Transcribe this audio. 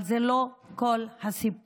אבל זה לא כל הסיפור.